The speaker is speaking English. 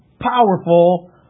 powerful